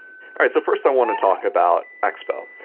right. so first, i want to talk about expo.